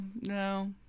No